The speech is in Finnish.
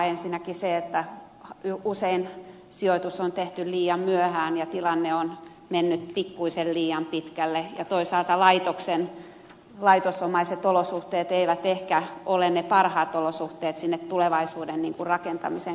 ensinnäkin siksi että usein sijoitus on tehty liian myöhään ja tilanne on mennyt pikkuisen liian pitkälle ja toisaalta laitosomaiset olosuhteet eivät ehkä ole ne parhaat olosuhteet tulevaisuuden rakentamisen kannalta